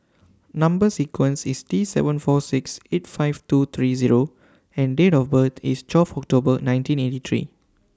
Number sequence IS T seven four six eight five two three Zero and Date of birth IS twelve October nineteen eighty three